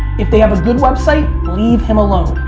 if they have a good website, leave him alone.